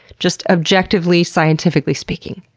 just objectively, scientifically speaking.